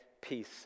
peace